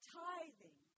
tithing